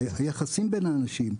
היחסים בין האנשים,